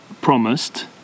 promised